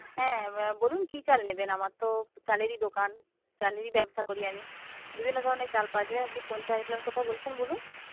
হ্যাঁ বলুন কী চাল নেবেন আমার তো চালেরই দোকান চালেরই ব্যবসা করি আমি বিভিন্ন ধরনের চাল পাওয়া যায় আপনি কোন চালের কথা বলছেন বলুন